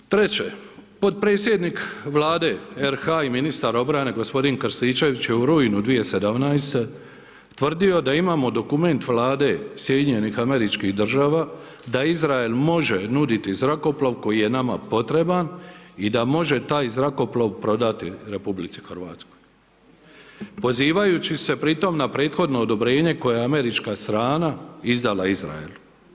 Treće, potpredsjednik Vlade RH i ministar obrane g. Krstičević je u rujnu 2017. tvrdio da imamo dokument Vlade SAD-a da Izrael može nuditi zrakoplov koji je nama potreban i da može taj zrakoplov prodati RH pozivajući se pritom na prethodno odobrenje koje je američka strana izdala Izraelu.